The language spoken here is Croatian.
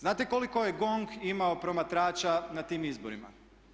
Znate koliko je GONG imao promatrača na tim izborima?